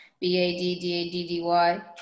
B-A-D-D-A-D-D-Y